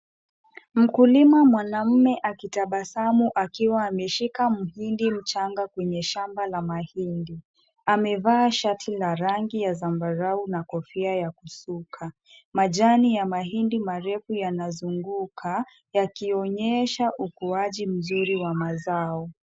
Mkulima mwanaume akitabasamu akiwa ameshika mhindi mchanga kwenye shamba la mahindi . Amevaa shati la rangi ya zambarao na kofia ya kusuka. Majani ya mahindi marefu yanazunguka yakionyesha ukuaji mzuri wa mazao.